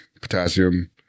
potassium